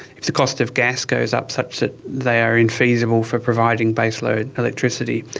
if the cost of gas goes up such that they are infeasible for providing baseload electricity.